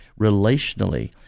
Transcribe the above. relationally